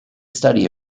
study